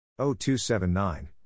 0279